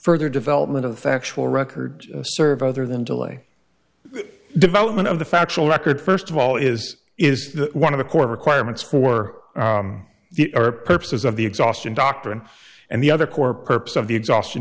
further development of the factual record serve other than delay development of the factual record first of all is is one of the core requirements for the purposes of the exhaustion doctrine and the other core purpose of the exhaustion